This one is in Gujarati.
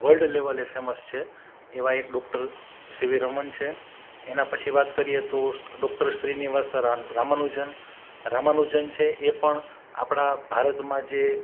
વર્લ્ડ લેવલે ફેમસ છે એવા એક ડૉક્ટર સીવી રમન છે એના પછી વાત કરીએ તો ડૉક્ટર શ્રી નિવાસ રામાનુજન રામાનુજન છે એ પણ આપણા ભારતમાં જે